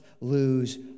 lose